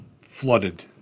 flooded